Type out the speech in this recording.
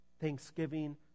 Thanksgiving